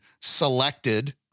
selected